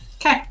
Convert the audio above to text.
Okay